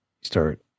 start